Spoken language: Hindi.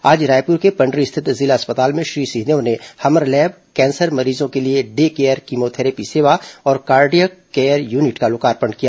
आज रायपुर के पंडरी स्थित जिला अस्पताल में श्री सिंहदेव ने हमर लैब कैंसर मरीजों के लिए डे केयर कीमोथैरेपी सेवा और कार्डियक केयर यूनिट का लोकार्पण किया